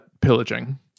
pillaging